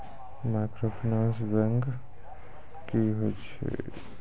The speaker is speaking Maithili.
माइक्रोफाइनांस बैंक की होय छै?